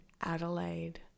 adelaide